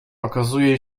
okazuje